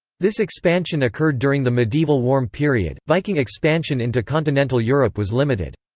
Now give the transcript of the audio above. this expansion occurred during the medieval warm period viking expansion into continental europe was limited.